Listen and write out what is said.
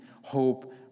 hope